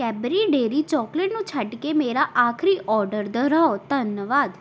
ਕੈਬਰੀ dairy chocolate ਨੂੰ ਛੱਡ ਕੇ ਮੇਰਾ ਆਖਰੀ ਆਰਡਰ ਦੁਹਰਾਓ ਧੰਨਵਾਦ